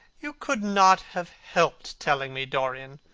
you could not have helped telling me, dorian.